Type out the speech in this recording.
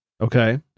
Okay